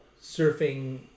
surfing